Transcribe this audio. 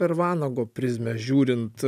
per vanago prizmę žiūrint